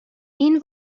این